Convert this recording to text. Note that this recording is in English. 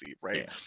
right